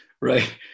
right